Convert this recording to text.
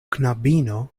knabino